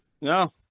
No